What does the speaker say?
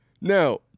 now